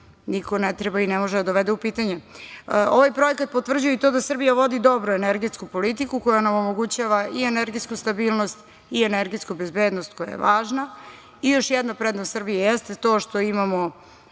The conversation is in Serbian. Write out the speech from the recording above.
niko ne treba i ne može da dovede u pitanje. Ovaj projekat potvrđuje i to da Srbija vodi dobru energetsku politiku koja nam omogućava i energetsku stabilnost i energetsku bezbednost koja je važna. I još jedna prednost Srbije jeste to što imamo